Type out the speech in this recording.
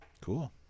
Cool